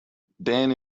then